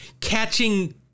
Catching